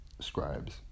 scribes